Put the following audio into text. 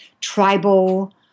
tribal